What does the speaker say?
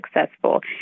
successful